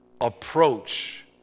approach